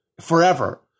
forever